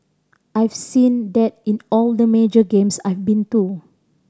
I have seen that in all the major games I've been too